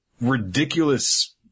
ridiculous